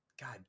god